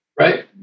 right